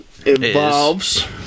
Involves